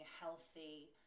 healthy